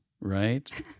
right